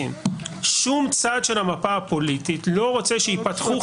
שום צד של המפה הפוליטית לא רוצה שייפתחו